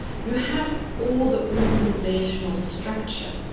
you have all the organizational structure.